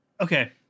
okay